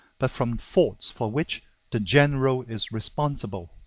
but from faults for which the general is responsible.